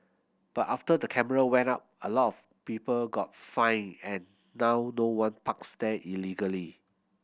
but after the camera went up a lot of people got fined and now no one parks there illegally